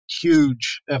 huge